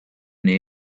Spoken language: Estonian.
nii